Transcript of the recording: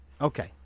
Okay